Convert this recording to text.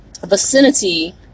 vicinity